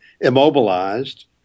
immobilized